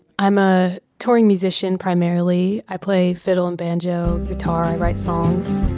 i'm a touring musician primarily. i play fiddle and banjo, guitar. i write songs.